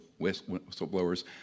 whistleblowers